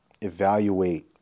evaluate